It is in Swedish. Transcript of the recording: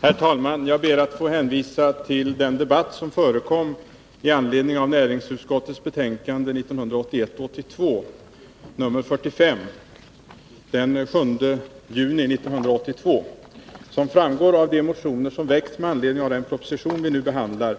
Herr talman! Jag ber att få hänvisa till den debatt som förekom i anledning av näringsutskottets betänkande 1981/82:45 den 7 juni 1982. Som framgår av de motioner som väckts med anledning av den proposition vi nu behandlar,